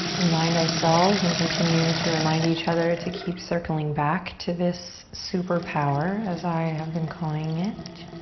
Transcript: remind ourselves and continue to remind each other to keep circling back to this super power as i have been calling it